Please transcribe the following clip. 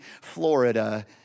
Florida